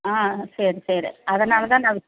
ஆ ஆ சரி சரி அதனால் தான் நான்